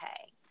okay